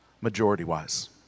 majority-wise